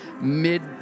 mid